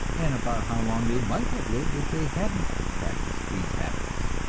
and about how long they might have lived if they hadn't practiced these habits.